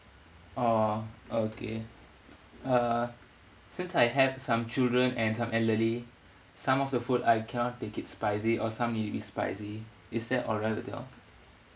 oh okay uh since I have some children and some elderly some of the food I cannot take it spicy or some may be spicy is that alright with you all